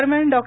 दरम्यान डॉ